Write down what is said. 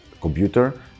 computer